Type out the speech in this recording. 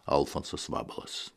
alfonsas vabalas